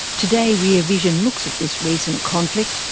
today, rear vision looks at this recent conflict,